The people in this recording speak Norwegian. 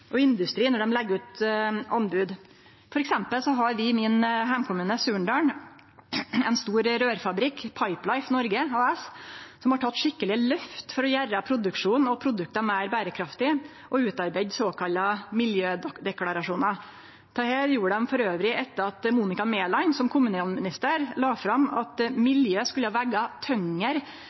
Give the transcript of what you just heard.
og industri når dei legg ut anbod. For eksempel har vi i min heimkommune, Surnadal, ein stor rørfabrikk, Pipelife Norge AS, som har teke eit skikkeleg løft for å gjere produksjonen og produkta meir berekraftige og utarbeidd såkalla miljødeklarasjonar. Dette gjorde dei etter at Monica Mæland, som kommunalminister, la fram at miljøet skulle